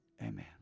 Amen